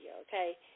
Okay